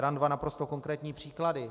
Dám dva naprosto konkrétní příklady.